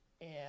and-